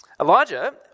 Elijah